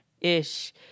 ish